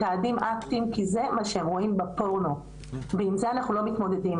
מתעדים אקטים כי זה מה שהם רואים בפורנו ועם זה אנחנו לא מתמודדים.